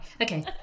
Okay